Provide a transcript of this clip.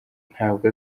ntabwo